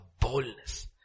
boldness